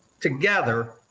together